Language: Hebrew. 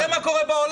תראה מה קורה בעולם.